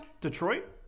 Detroit